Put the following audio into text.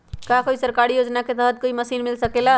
का कोई सरकारी योजना के तहत कोई मशीन मिल सकेला?